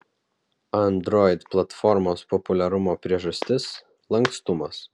android platformos populiarumo priežastis lankstumas